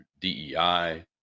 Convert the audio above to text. DEI